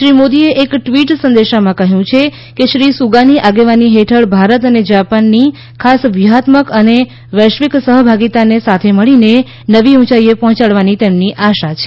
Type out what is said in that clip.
શ્રી મોદીએ એક ટ્વીટ સંદેશમાં કહ્યું છે કે શ્રીસુગાની આગેવાની હેઠળ ભારત અને જાપાનની ખાસ વ્યૂહાત્મક અને વૈશ્વિક સહભાગીતાને સાથે મળીને નવી ઉંચાઈએ પહોંચવાની તેમને આશા છે